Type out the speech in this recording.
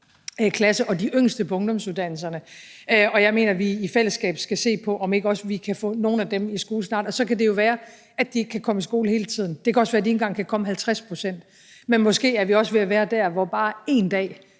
klasse og de yngste på ungdomsuddannelserne. Jeg mener, at vi i fællesskab skal se på, om ikke vi også kan få nogle af dem i skole snart. Så kan det jo være, at de ikke kan komme i skole hele tiden, det kan også være, at de ikke engang kan komme det 50 pct. af tiden, men måske er vi ved at være der, hvor bare én dag